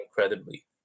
incredibly